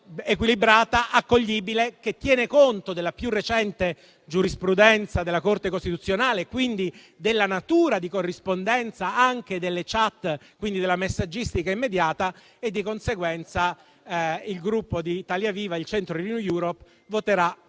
equilibrata e accoglibile e tiene conto della più recente giurisprudenza della Corte costituzionale, quindi della natura di corrispondenza anche delle *chat* di messaggistica immediata. Di conseguenza, il Gruppo Italia Viva-Il Centro-Renew Europe voterà